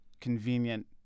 convenient